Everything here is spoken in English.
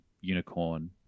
unicorn